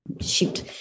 shoot